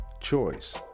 choice